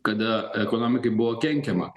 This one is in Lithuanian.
kada ekonomikai buvo kenkiama